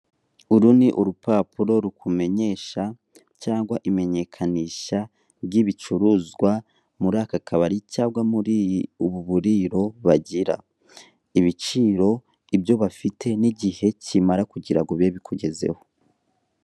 Uru ni urupapuro rukumenyesha cyangwa imenyekanisha ry'ibicuruzwa muri akakabari cyangwa muri ubu buriro bagira. Ibiciro, ibyo bafite n'igihe kimara kugira ngo bibe bikugezeho.